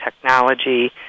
technology